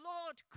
Lord